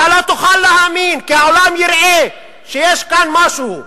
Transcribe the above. אתה לא תוכל להאמין, כי העולם יראה שיש כאן משהו,